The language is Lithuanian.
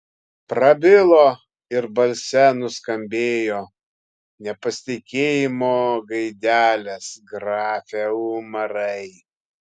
prabilo ir balse nuskambėjo nepasitikėjimo gaidelės grafe umarai